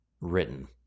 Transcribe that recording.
written